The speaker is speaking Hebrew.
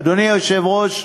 אדוני היושב-ראש,